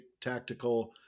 tactical